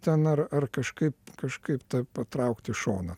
ten ar ar kažkaip kažkaip tai patraukt į šoną